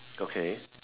okay